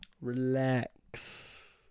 Relax